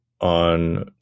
on